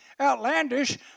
outlandish